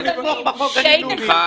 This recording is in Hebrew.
הם לא באמת תמכו בחוק שלכם מלכתחילה,